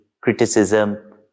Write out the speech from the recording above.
criticism